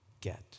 get